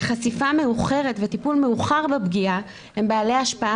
חשיפה מאוחרת וטיפול מאוחר בפגיעה הם בעלי השפעה